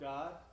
God